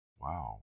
Wow